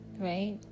right